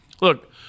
Look